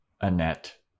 Annette